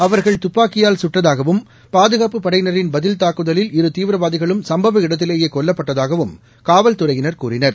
அவர்கள் துப்பாக்கியால் குட்டதாகவும் பாதுகாப்புப் படையினரின் பதில் தூக்குதலில் இரு தீவிரவாதிகளும் சும்பவ இடத்திலேயே கொல்லப்பட்டதாகவும் காவல்துறையினர் கூறினர்